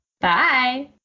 Bye